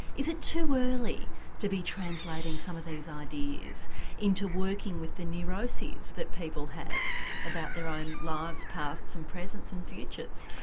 is it too early to be translating some of these ideas into working with the neuroses that people have about their own lives, pasts, presence and futures?